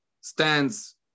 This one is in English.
stands